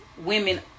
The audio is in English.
women